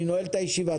אני נועל את הישיבה.